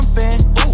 Jumping